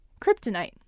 kryptonite